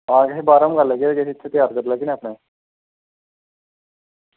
हां किश बाह्रा मंगाई लैगे किश इत्थें त्यार करी लैगे ना अपना